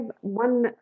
one